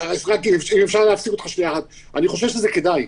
אני חושב שזה כדאי.